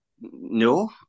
no